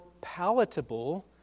palatable